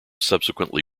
subsequently